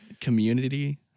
Community